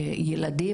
לילדים.